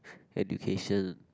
education